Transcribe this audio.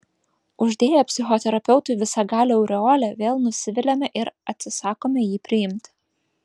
uždėję psichoterapeutui visagalio aureolę vėl nusiviliame ir atsisakome jį priimti